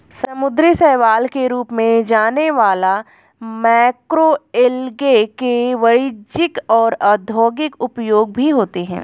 समुद्री शैवाल के रूप में जाने वाला मैक्रोएल्गे के वाणिज्यिक और औद्योगिक उपयोग भी होते हैं